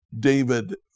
David